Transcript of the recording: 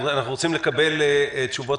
אנחנו רוצים לקבל עכשיו תשובות,